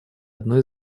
одной